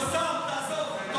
כבוד השר, תעזוב.